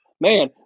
Man